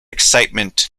excitement